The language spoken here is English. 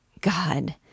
God